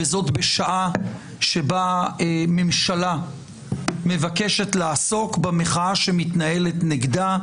וזאת בשעה שבה ממשלה מבקשת לעסוק במחאה שמתנהלת נגדה,